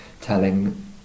telling